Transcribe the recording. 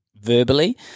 verbally